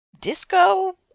disco